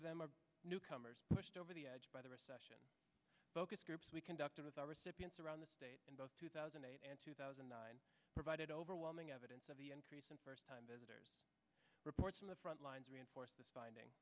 of them are newcomers pushed over the edge by the recession focus groups we conducted with all recipients around the state in both two thousand and eight and two thousand and nine provided overwhelming evidence of the increase in first time visitors reports from the front lines reinforce this finding